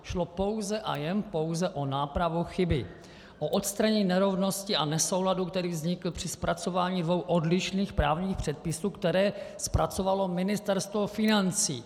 Šlo pouze a jen pouze o nápravu chyby, o odstranění nerovnosti a nesouladu, který vznikl při zpracování dvou odlišných právních předpisů, které zpracovalo Ministerstvo financí.